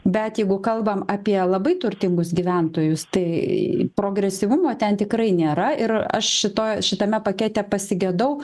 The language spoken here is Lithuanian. bet jeigu kalbam apie labai turtingus gyventojus tai progresyvumo ten tikrai nėra ir aš šito šitame pakete pasigedau